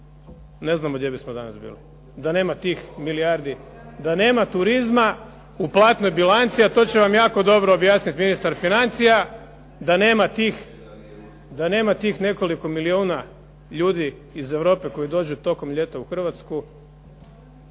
ne znamo gdje bismo danas bili, da nema turizma u platnoj bilanci a to će vam jako dobro objasniti ministar financija, da nema tih nekoliko milijuna ljudi iz Europe koji dođu tokom ljeta u Hrvatsku,